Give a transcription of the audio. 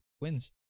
wins